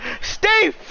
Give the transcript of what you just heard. Stay